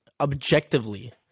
Objectively